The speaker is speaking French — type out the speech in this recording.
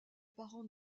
parente